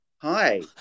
hi